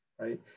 right